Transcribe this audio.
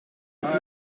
het